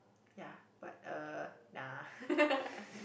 ya but uh nah